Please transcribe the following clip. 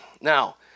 Now